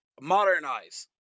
modernize